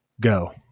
Go